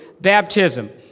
baptism